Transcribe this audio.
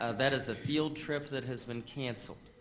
ah that is a field trip that has been canceled.